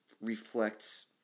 reflects